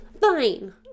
fine